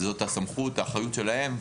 זאת הסמכות והאחריות שלהם.